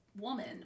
woman